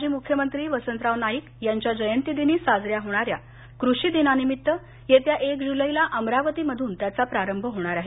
माजी म्ख्यमंत्री वसंतराव नाईक यांच्या जयंती दिनी साजऱ्या होणाऱ्या कृषिदिनानिमित्त येत्या एक जुलैला अमरावतीमधून त्याचा प्रारंभ होणार आहे